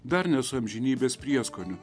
dar ne su amžinybės prieskoniu